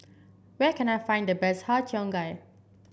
where can I find the best Har Cheong Gai